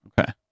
Okay